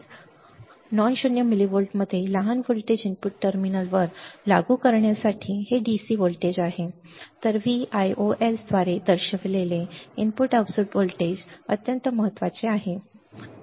output voltage non शून्य मिलिव्होल्टमध्ये लहान व्होल्टेज इनपुट टर्मिनलवर लागू करण्यासाठी हे डीसी व्होल्टेज आहे Vios द्वारे दर्शवलेले इनपुट ऑफसेट व्होल्टेज अत्यंत महत्वाचे अत्यंत महत्वाचे म्हणतात